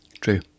True